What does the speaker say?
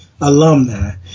alumni